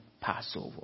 Passover